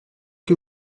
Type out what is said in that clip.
que